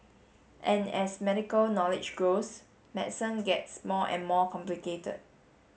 and as medical knowledge grows medicine gets more and more complicated